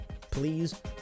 please